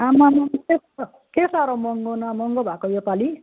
आम्मामाम् त्यस्तो के साह्रो महँगो न महँगो भएको योपालि